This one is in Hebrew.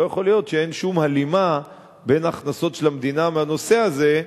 אבל לא יכול להיות שאין שום הלימה בין ההכנסות של המדינה מהנושא הזה,